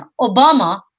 Obama